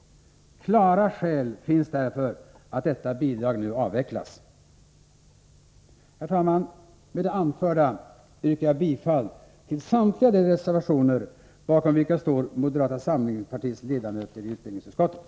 Klara skäl finns av den anledningen för att detta bidrag nu avvecklas. Herr talman! Med det anförda yrkar jag bifall till samtliga de reservationer bakom vilka står moderata samlingspartiets ledamöter i utbildningsutskottet.